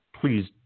Please